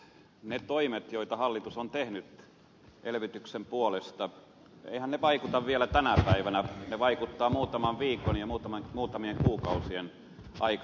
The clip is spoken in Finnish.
eiväthän ne toimet joita hallitus on tehnyt elvytyksen puolesta vaikuta vielä tänä päivänä ne vaikuttavat muutaman viikon ja muutamien kuukausien aikana